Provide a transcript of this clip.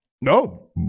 No